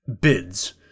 bids